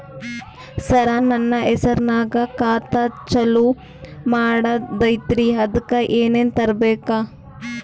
ಸರ, ನನ್ನ ಹೆಸರ್ನಾಗ ಖಾತಾ ಚಾಲು ಮಾಡದೈತ್ರೀ ಅದಕ ಏನನ ತರಬೇಕ?